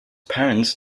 parent